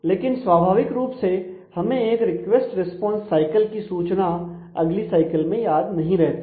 लेकिन स्वाभाविक रुप से हमें एक रिक्वेस्ट रिस्पॉन्स साइकल की सूचना अगली साइकल में याद नहीं रहती हैं